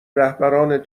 رهبران